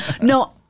No